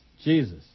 Jesus